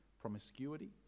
promiscuity